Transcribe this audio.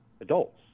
adults